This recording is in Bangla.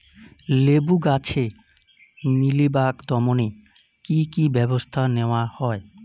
লেবু গাছে মিলিবাগ দমনে কী কী ব্যবস্থা নেওয়া হয়?